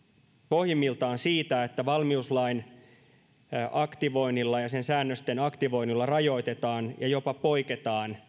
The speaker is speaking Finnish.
pohjimmiltaan siitä että valmiuslain ja sen säännösten aktivoinnilla rajoitetaan ihmisten perusoikeuksia ja jopa poiketaan